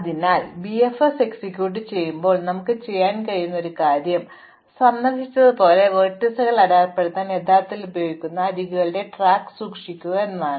അതിനാൽ BFS execute ചെയ്യുമ്പോൾ നമുക്ക് ചെയ്യാൻ കഴിയുന്ന ഒരു കാര്യം സന്ദർശിച്ചതുപോലെ വെർട്ടീസുകൾ അടയാളപ്പെടുത്താൻ യഥാർത്ഥത്തിൽ ഉപയോഗിക്കുന്ന അരികുകളുടെ ട്രാക്ക് സൂക്ഷിക്കുക എന്നതാണ്